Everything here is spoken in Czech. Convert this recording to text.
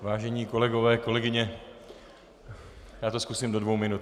Vážení kolegové, kolegyně, já to zkusím do dvou minut.